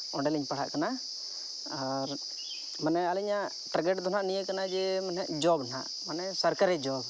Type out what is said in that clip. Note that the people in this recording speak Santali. ᱚᱸᱰᱮᱞᱤᱧ ᱯᱟᱲᱦᱟᱜ ᱠᱟᱱᱟ ᱟᱨ ᱢᱟᱱᱮ ᱟᱞᱤᱧᱟᱜ ᱴᱟᱨᱜᱮᱴᱫᱚ ᱱᱟᱦᱟᱜ ᱱᱤᱭᱟᱹ ᱠᱟᱱᱟ ᱡᱮ ᱢᱟᱱᱮ ᱡᱚᱵᱽ ᱱᱟᱦᱟᱜ ᱢᱟᱱᱮ ᱥᱚᱨᱠᱟᱨᱤ ᱡᱚᱵᱽ